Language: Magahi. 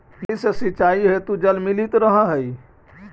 नदी से सिंचाई हेतु जल मिलित रहऽ हइ